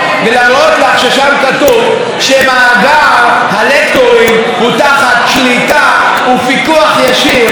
שמאגר הלקטורים הוא תחת שליטה ופיקוח ישיר של משרד התרבות.